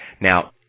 now